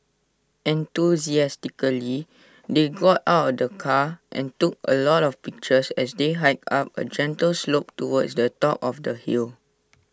enthusiastically they got out of the car and took A lot of pictures as they hiked up A gentle slope towards the top of the hill